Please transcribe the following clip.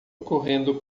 correndo